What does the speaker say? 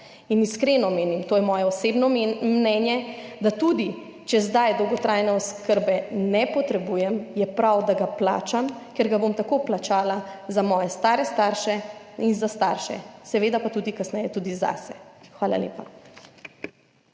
in iskreno menim, to je moje osebno mnenje, da tudi če zdaj dolgotrajne oskrbe ne potrebujem, je prav, da ga plačam, ker ga bom tako plačala za moje stare starše in za starše, seveda, pa tudi kasneje tudi zase. Hvala lepa.